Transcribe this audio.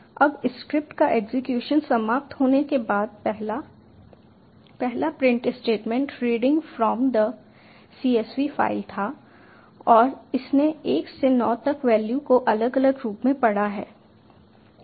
अब स्क्रिप्ट का एग्जीक्यूशन समाप्त होने के बाद पहला पहला print statement reading from the csv file था और इसने 1 से 9 तक वैल्यू को अलग अलग रूप से पढ़ा है